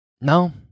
No